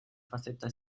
faceta